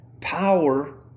power